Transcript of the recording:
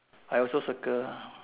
I also circle